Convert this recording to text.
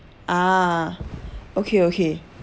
ah okay okay